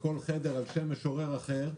כל חדר על שם משורר אחר.